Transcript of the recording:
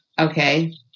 okay